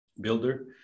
builder